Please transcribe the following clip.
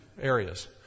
areas